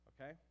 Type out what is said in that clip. okay